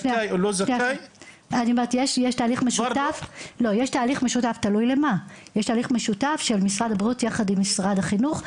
יש תהליך משותף של משרד הבריאות יחד עם משרד החינוך.